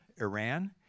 Iran